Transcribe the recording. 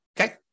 Okay